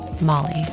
Molly